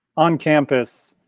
on campus,